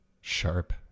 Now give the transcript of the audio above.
Sharp